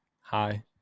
Hi